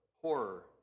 horror